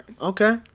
Okay